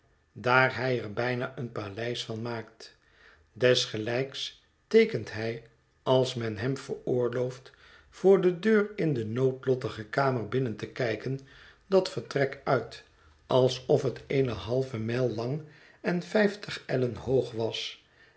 daar hij er bijna een paleis van maakt desgelijks teekent hij als men hem veroorlooft voor de deur in de noodlottige kamer binnen te kijken dat vertrek uit alsof het eene halve mijl lang en vijftig ellen hoog was